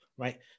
Right